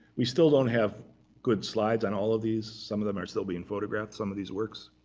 we still don't have good slides on all of these. some of them are still being photographed, some of these works.